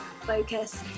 focus